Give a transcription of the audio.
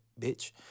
bitch